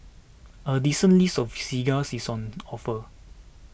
a decent list of cigars is on offer